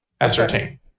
ascertain